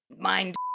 mind